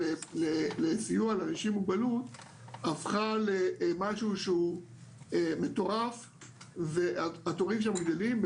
לסיוע לאנשים עם מוגבלות הפכה למשהו שהוא מטורף והתורים שם גדלים.